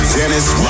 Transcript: Dennis